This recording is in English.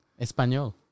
español